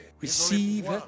receive